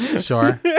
Sure